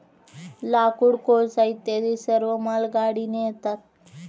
लाकूड, कोळसा इत्यादी सर्व मालगाडीने येतात